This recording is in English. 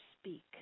speak